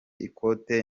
ikote